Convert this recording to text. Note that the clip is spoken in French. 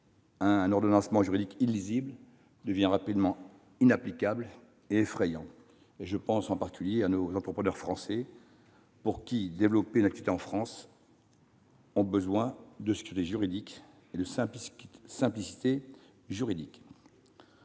un ordonnancement juridique illisible devient rapidement inapplicable et effrayant. Je pense en particulier aux entrepreneurs français qui, pour développer leur activité dans notre pays, ont besoin de sécurité et de simplicité juridiques.